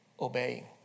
obeying